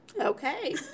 Okay